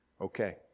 okay